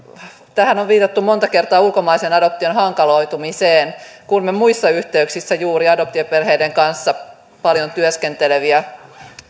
on viitattu monta kertaa ulkomaisen adoption hankaloitumiseen kuulimme muissa yhteyksissä juuri adoptioperheiden kanssa paljon työskenteleviä